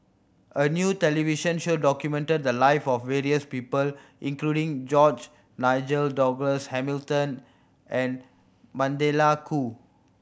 a new television show documented the live of various people including George Nigel Douglas Hamilton and Magdalene Khoo